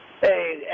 hey